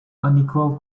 unequal